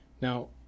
Now